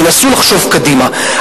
ינסו לחשוב קדימה.